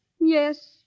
Yes